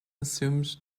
assumed